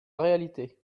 réalité